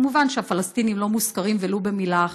מובן שהפלסטינים לא מוזכרים ולו במילה אחת.